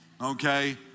okay